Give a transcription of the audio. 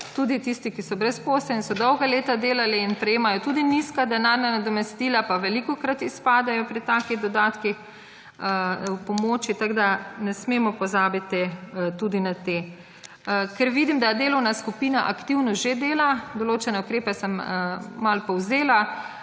Tudi tisti, ki so brezposelni in so dolga leta delali in prejemajo tudi nizka denarna nadomestila, velikokrat izpadejo pri takih dodatkih, v pomoči. Ne smemo pozabiti tudi na te. Ker vidim, da delovna skupina aktivno že dela, določene ukrepe sem malo povzela,